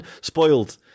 spoiled